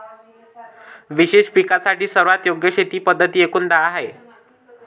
विशेष पिकांसाठी सर्वात योग्य शेती पद्धती एकूण दहा आहेत